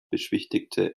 beschwichtigte